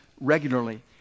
regularly